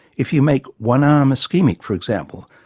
if you make one arm ischemic, for example,